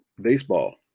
baseball